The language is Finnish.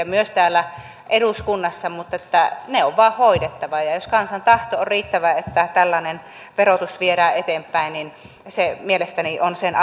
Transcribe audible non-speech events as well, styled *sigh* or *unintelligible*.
*unintelligible* myös täällä eduskunnassa jotka ovat monimutkaisia mutta ne on vain hoidettava ja ja jos kansan tahto siitä on riittävä että tällainen verotus viedään eteenpäin niin se mielestäni on sen *unintelligible*